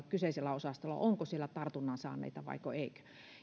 kyseisellä osastolla tartunnan saaneita vaiko